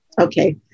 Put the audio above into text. okay